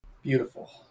Beautiful